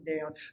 down